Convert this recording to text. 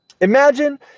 Imagine